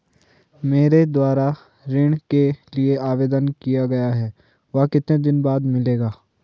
मेरे द्वारा ऋण के लिए आवेदन किया गया है वह कितने दिन बाद मिलेगा?